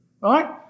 right